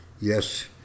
yes